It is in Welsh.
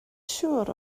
siŵr